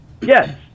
Yes